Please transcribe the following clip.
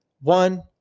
One